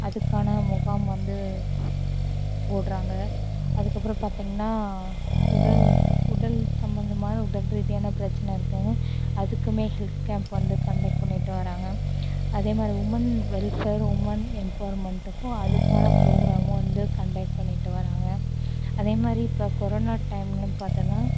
அதுக்கான முகாம் வந்து போடுறாங்க அதுக்கப்பறம் பார்த்தீங்கனா உட உடல் சம்மந்தமான உடல் ரீதியான பிரச்சனை இருக்குனா அதுக்குமே ஹெல்த் கேம்ப் வந்து கன்டெக்ட் பண்ணிவிட்டு வராங்க அதே மாதிரி உமென் வெல்ஃபேர் உமென் எம்பவர்மெண்ட்டுக்கும் அதுக்கான ப்ரோகிராமும் வந்து கன்டெக்ட் பண்ணிட்டு வராங்க அதே மாதிரி இப்போ கொரோனா டைம்மில பார்த்தோன்னா